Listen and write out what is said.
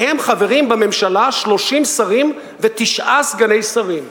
מהם חברים בממשלה 30 שרים ותשעה סגני שרים.